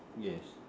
yes